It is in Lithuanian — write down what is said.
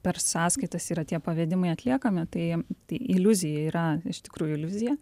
per sąskaitas yra tie pavedimai atliekami tai tai iliuzija yra iš tikrųjų iliuzija